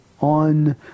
on